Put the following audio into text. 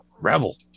Rebel